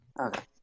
Okay